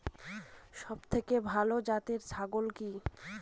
সবথেকে ভালো জাতের ছাগল কি?